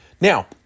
Now